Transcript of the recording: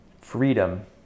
freedom